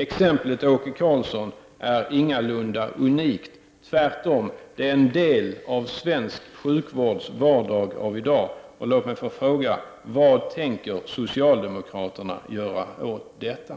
Exemplet Åke Karlsson är ingalunda unikt. Tvärtom — det är en del av svensk sjukvårds vardag av i dag. Låt mig få fråga: Vad tänker socialdemokraterna göra åt detta?